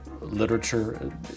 literature